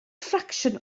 ffracsiwn